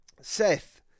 Seth